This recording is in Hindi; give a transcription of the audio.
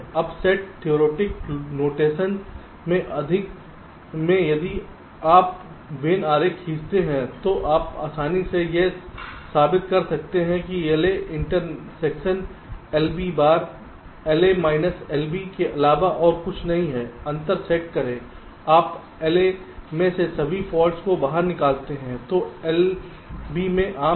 अब सेट थेओरेटिक नोटेशन में यदि आप वेन आरेख खींचते हैं तो आप आसानी से यह साबित कर सकते हैं कि LA intersection LB bar LA minus LB के अलावा और कुछ नहीं है अंतर सेट करें आप LA से सभी फॉल्ट्स को बाहर निकालते हैं जो LB में आम हैं